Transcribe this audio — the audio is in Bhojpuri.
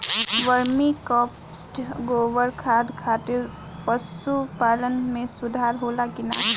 वर्मी कंपोस्ट गोबर खाद खातिर पशु पालन में सुधार होला कि न?